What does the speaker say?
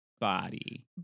body